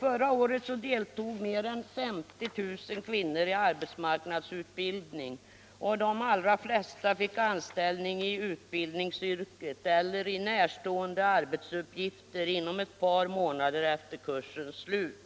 Förra året deltog mer än 50 000 kvinnor i arbetsmarknadsutbildning och de allra flesta fick anställning i utbildningsyrket, eller i närstående arbetsuppgifter, inom ett par månader efter kursens slut.